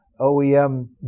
OEM